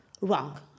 wrong